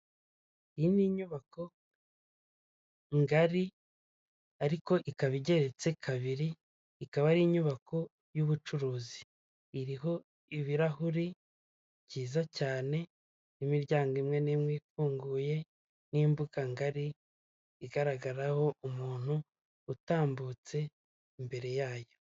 Iyi ni inyubako ngari ariko ikaba igeretse kabiri ikaba ari inyubako y'ubucuruzi. Iriho ibirahuri byiza cyane, n'imiryango imwe n'imwe ifunguye, n'imbuga ngari igaragaraho umuntu utambutse imbere yayo.